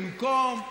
לנקום,